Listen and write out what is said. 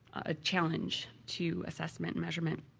ah challenge to assessment, measurement